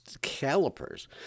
calipers